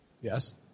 Yes